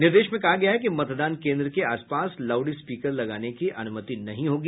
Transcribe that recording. निर्देश में कहा गया है कि मतदान केन्द्र के आस पास लॉउडस्पीकर लगाने की अनुमति नहीं होगी